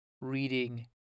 reading